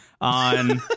on